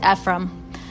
Ephraim